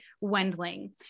Wendling